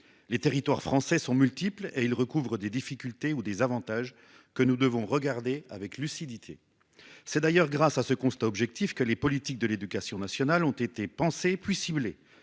Les territoires français sont multiples et ils rencontrent des difficultés ou bénéficient d'avantages que nous devons examiner avec lucidité. C'est d'ailleurs grâce à ce constat objectif que les politiques de l'éducation nationale ont été pensées, puis ciblées.